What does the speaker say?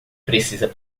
precisa